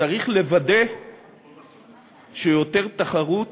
שצריך לוודא שיותר תחרות